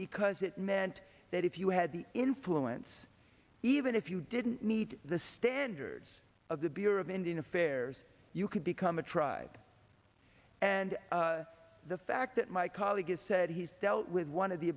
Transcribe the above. because it meant that if you had the influence even if you didn't meet the standards of the bureau of indian affairs you could become a tried and the fact that my colleague has said he's dealt with one of the